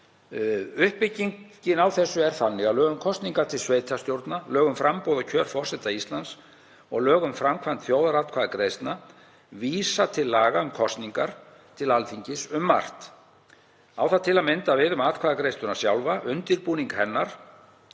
Uppbyggingin á þessu er þannig að lög um kosningar til sveitarstjórna, lög um framboð og kjör forseta Íslands og lög um framkvæmd þjóðaratkvæðagreiðslna vísa til laga um kosningar til Alþingis um margt. Á það til að mynda við um atkvæðagreiðsluna sjálfa, undirbúning hennar